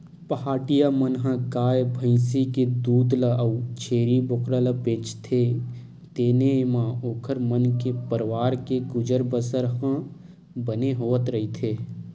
पहाटिया मन ह गाय भइसी के दूद ल अउ छेरी बोकरा ल बेचथे तेने म ओखर मन के परवार के गुजर बसर ह बने होवत रहिथे